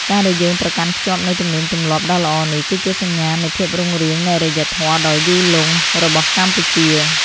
ការដែលយើងប្រកាន់ខ្ជាប់នូវទំនៀមទម្លាប់ដ៏ល្អនេះ គឺជាសញ្ញាណនៃភាពរុងរឿងនៃអរិយធម៌ដ៏យូរលង់របស់កម្ពុជា។